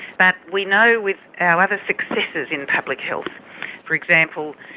but we know with our other successes in public health for example,